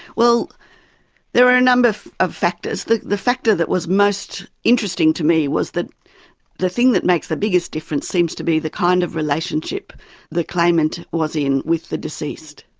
there are a number of of factors. the the factor that was most interesting to me was that the thing that makes the biggest difference seems to be the kind of relationship the claimant was in with the deceased.